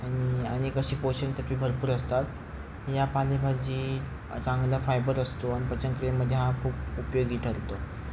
आणि अनेक अशी पोषक तत्वे भरपूर असतात या पालेभाजी चांगला फायबर असतो आणि पचनक्रियेमध्ये हा खूप उपयोगी ठरतो